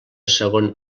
segon